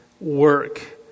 work